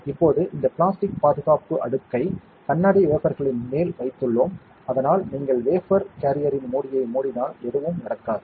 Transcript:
இப்போது இந்த பிளாஸ்டிக் பாதுகாப்பு அடுக்கை கண்ணாடி வேஃபர்களின் மேல் வைத்துள்ளோம் அதனால் நீங்கள் வேஃபர் கேரியரின் மூடியை மூடினால் எதுவும் நடக்காது